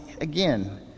again